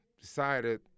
decided